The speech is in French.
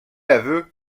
aveu